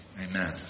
Amen